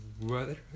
weather